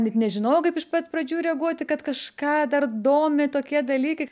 net nežinojau kaip iš pat pradžių reaguoti kad kažką dar domi tokie dalykai